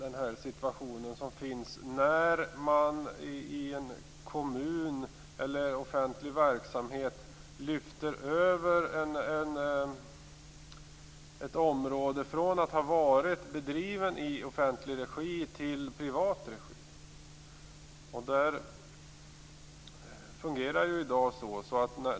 En liknande fråga gäller när man i en offentlig verksamhet lyfter över ett område från att ha varit bedriven i offentlig regi till att bedrivas i privat regi.